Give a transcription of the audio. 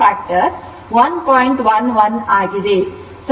11 ಆಗಿದೆ